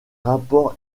rapports